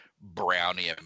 brownie